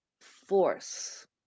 force